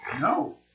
No